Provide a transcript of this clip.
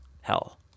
hell